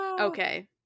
okay